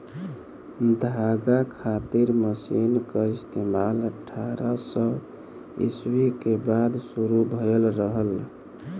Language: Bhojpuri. धागा खातिर मशीन क इस्तेमाल अट्ठारह सौ ईस्वी के बाद शुरू भयल रहल